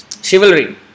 Chivalry